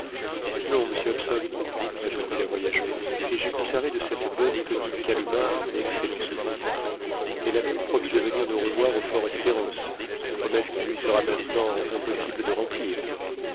non monsieur hobson répondit la voyageuse et j'ai conservé de cette bonne petite kalumah un excellent souvenir elle a même promis de venir nous revoir au fort espérance promesse qu'il lui sera maintenant impossible de remplir